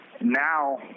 Now